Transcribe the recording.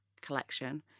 collection